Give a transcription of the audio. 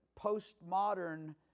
postmodern